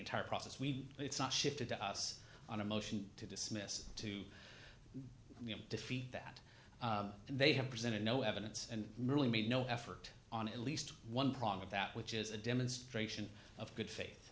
entire process we it's not shifted to us on a motion to dismiss to defeat that they have presented no evidence and really made no effort on at least one prong of that which is a demonstration of good faith